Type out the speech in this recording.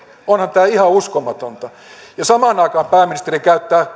onhan tämä ihan uskomatonta ja samaan aikaan pääministeri käyttää